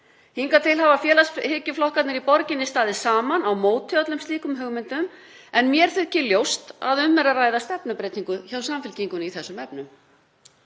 Hingað til hafa félagshyggjuflokkarnir í borginni staðið saman á móti öllum slíkum hugmyndum en mér þykir ljóst að um er að ræða stefnubreytingu hjá Samfylkingunni í þessum efnum.